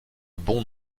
bon